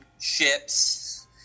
ships